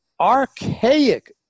archaic